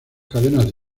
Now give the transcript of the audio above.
cadenas